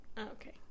Okay